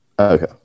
okay